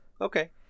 Okay